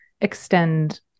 extend